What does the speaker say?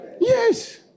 Yes